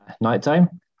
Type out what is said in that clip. Nighttime